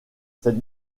cette